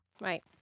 Right